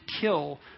kill